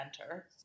enter